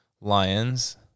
Lions